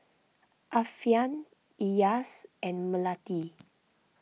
Alfian Elyas and Melati